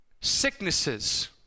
sicknesses